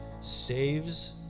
saves